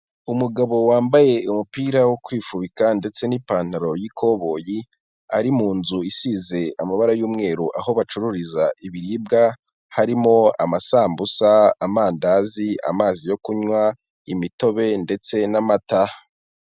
Umugabo wambaye umupira wo kwifubika ndetse n'ipantaro y'ikoboyi, ari mu nzu isize amabara y'umweru aho bacururiza ibiribwa harimo amasambusa, amandazi, amazi yo kunywa, imitobe ndetse n'amata.